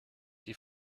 die